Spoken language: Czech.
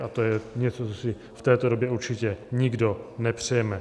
A to je něco, co si v této době určitě nikdo nepřejeme.